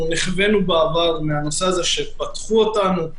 ניכווינו בעבר מהנושא הזה שפתחו אותנו,